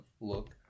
look